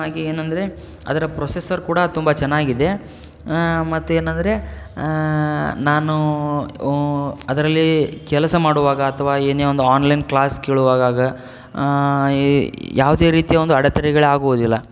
ಹಾಗೆ ಏನೆಂದರೆ ಅದರ ಪ್ರೋಸೆಸರ್ ಕೂಡ ತುಂಬ ಚೆನ್ನಾಗಿದೆ ಮತ್ತೇನೆಂದರೆ ನಾನು ಅದರಲ್ಲಿ ಕೆಲಸ ಮಾಡುವಾಗ ಅಥವಾ ಏನೇ ಒಂದು ಆನ್ಲೈನ್ ಕ್ಲಾಸ್ ಕೇಳುವಾಗ ಯಾವುದೇ ರೀತಿಯ ಒಂದು ಅಡೆತಡೆಗಳಾಗುವುದಿಲ್ಲ